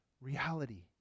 reality